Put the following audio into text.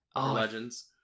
Legends